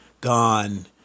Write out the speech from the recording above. gone